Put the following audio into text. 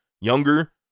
younger